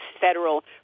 Federal